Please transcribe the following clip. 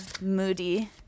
Moody